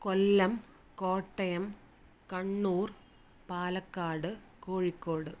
Kollam Kottayam Kannur Palakkad Kozhikode